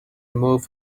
moved